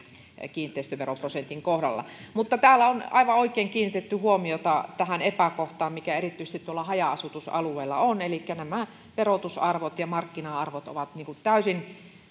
kiinteistöveroprosentin kohdalla mutta täällä on aivan oikein kiinnitetty huomiota tähän epäkohtaan mikä erityisesti tuolla haja asutusalueilla on elikkä nämä verotusarvot ja markkina arvot ovat lähteneet